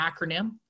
acronym